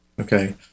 okay